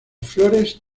flores